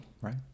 Right